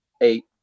eight